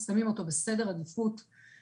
אנחנו שמים את התחום הזה בסדר עדיפות גבוהה.